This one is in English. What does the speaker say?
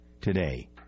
today